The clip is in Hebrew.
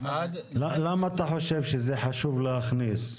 למה אתה חושב שזה חשוב להכניס?